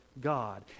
God